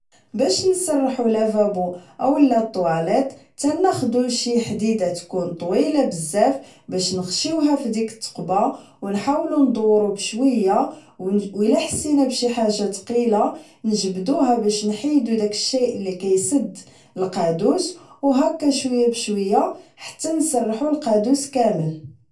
باش نسرحو لافابو و لا تواليت كناخدو شي حديدة تكون طويلة بزاف باش نخشيوها فديك التقبة و نحاول ندورو بشوية ولا حسينا بشي حاجة تقيلة نجبدوها باش نحيدو الشئ اللي كيسد القادوس و هكا شوية بشوية نسرحو القادوس كامل